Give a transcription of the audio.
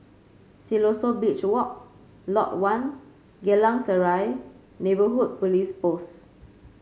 Siloso Beach Walk Lot One Geylang Serai Neighbourhood Police Post